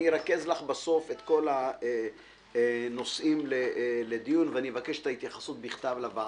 ארכז לך בסוף את כל הנושאים לדיון ואבקש התייחסות בכתב שתישלח לוועדה.